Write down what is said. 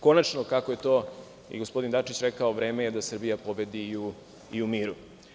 Konačno, kako je to i gospodin Dačić rekao, vreme je da Srbija pobedi i u miru.